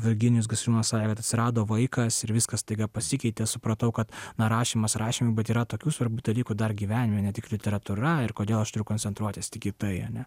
virginijus gasiliūnas sakė kad atsirado vaikas ir viskas staiga pasikeitė supratau kad na rašymas rašymu bet yra tokių svarbių dalykų dar gyvenime ne tik literatūra ir kodėl aš turiu koncentruotis tik į tai ar ne